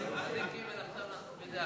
צדיקים, מלאכתם נעשית בידי אחרים.